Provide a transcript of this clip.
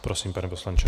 Prosím, pane poslanče.